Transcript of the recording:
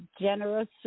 generous